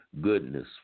goodness